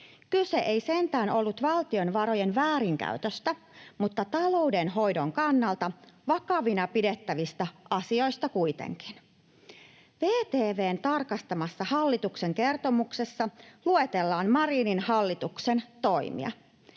Kyse ei sentään ollut valtion varojen väärinkäytöstä, mutta talouden hoidon kannalta vakavina pidettävistä asioista kuitenkin. VTV:n tarkastamassa hallituksen kertomuksessa luetellaan Marinin hallituksen toimia.